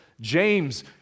James